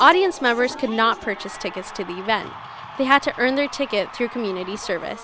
audience members could not purchase tickets to the event they had to earn their ticket through community service